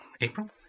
April